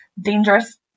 dangerous